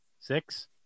six